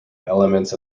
elements